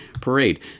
parade